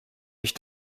mich